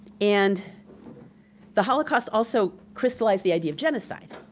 and the holocaust also crystallized the idea of genocide.